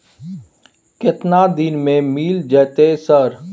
केतना दिन में मिल जयते सर?